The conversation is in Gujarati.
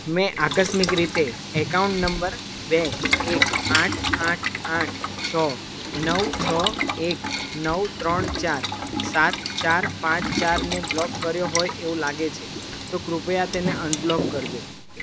મેં આકસ્મિક રીતે એકાઉન્ટ નંબર બે એક આઠ આઠ આઠ છ નવ છો એક નવ ત્રણ ચાર સાત ચાર પાંચ ચારને બ્લોક કર્યો હોય એવું લાગે છે તો કૃપયા તેને અનબ્લોક કરજો